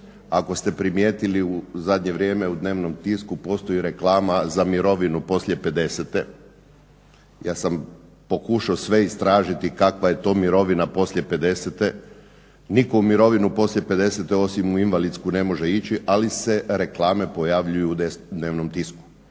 Ako ste primijetili u zadnje vrijeme u dnevnom tisku postoji reklama za mirovinu poslije 50-te. Ja sam pokušao istražiti kakva je to mirovina poslije pedesete, nitko u mirovinu poslije pedesete osim u invalidsku ne može ići ali se reklame pojavljuju u dnevnom tisku.